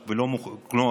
כלומר,